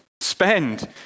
spend